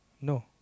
No